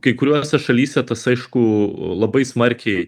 kai kuriose šalyse tas aišku labai smarkiai